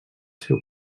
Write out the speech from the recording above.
seu